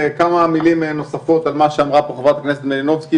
כמה מילים נוספות על מה שאמרה פה חברת הכנסת מלינובסקי,